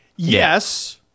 Yes